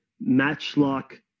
matchlock